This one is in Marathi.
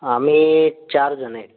आम्ही चार जण आहे